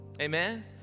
Amen